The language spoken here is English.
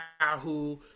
Yahoo